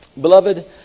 Beloved